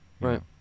right